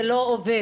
זה לא עובד.